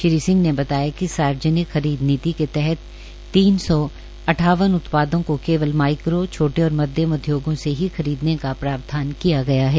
श्री सिंह ने बताया कि सार्वजनिक खरीद नीति के तहत तीन सौ अठावन उत्पादों को केवल माईक्रो छोटे और मध्यम उदयोगों से ही खरीदने का प्रावधान किया गया है